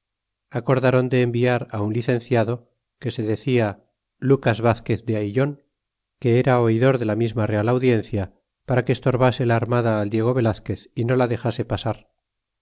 acordaron de enviará un licenciado que se decia lucas vazquez de aillon que era oidor de ja misma real audiencia para que estorbase la armada al diego velazquez y no la dexase pa